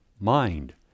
mind